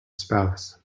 spouse